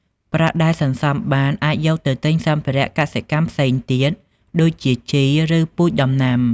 ប្រាក់ដែលសន្សំបានអាចយកទៅទិញសម្ភារៈកសិកម្មផ្សេងទៀតដូចជាជី ឬពូជដំណាំ។